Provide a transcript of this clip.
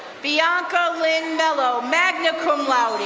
bianca lynn mellow, magna cum laude.